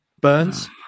Burns